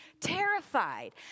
terrified